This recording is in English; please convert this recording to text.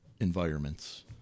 environments